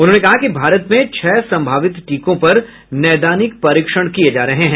उन्होंने कहा कि भारत में छह संभावित टीकों पर नैदानिक परीक्षण किए जा रहे हैं